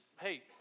hey